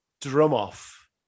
drum-off